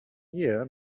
year